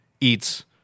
eats